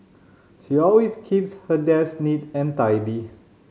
she always keeps her desk neat and tidy